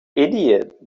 idiot